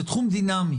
זה תחום דינמי